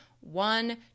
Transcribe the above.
one